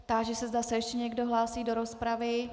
Táži se, zda se ještě někdo hlásí do rozpravy.